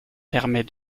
permet